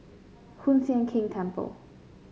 Hoon Sian Keng Temple